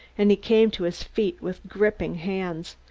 and he came to his feet with gripping hands.